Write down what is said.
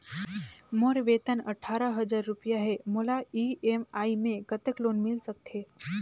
मोर वेतन अट्ठारह हजार रुपिया हे मोला ई.एम.आई मे कतेक लोन मिल सकथे?